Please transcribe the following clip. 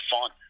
fun